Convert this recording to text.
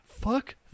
fuck